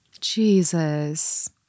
Jesus